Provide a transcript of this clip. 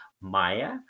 Maya